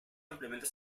ampliamente